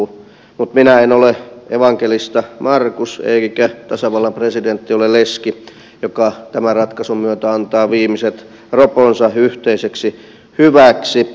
mutta minä en ole evankelista markus eikä tasavallan presidentti ole leski joka tämän ratkaisun myötä antaa viimeiset roponsa yhteiseksi hyväksi